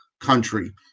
country